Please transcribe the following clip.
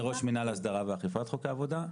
אני ראש מינהל הסדרה ואכיפת חוקי עבודה.